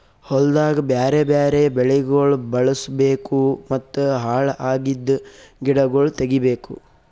ಹೊಲ್ದಾಗ್ ಬ್ಯಾರೆ ಬ್ಯಾರೆ ಬೆಳಿಗೊಳ್ ಬೆಳುಸ್ ಬೇಕೂ ಮತ್ತ ಹಾಳ್ ಅಗಿದ್ ಗಿಡಗೊಳ್ ತೆಗಿಬೇಕು